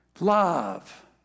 Love